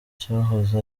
cyahoze